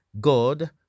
God